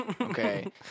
okay